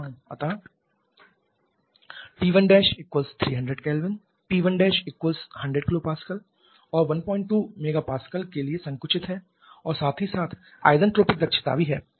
अतः T1 300 K P1 100 kPa और 12 MPa के लिए संकुचित है और साथ ही साथ isentropic दक्षता भी है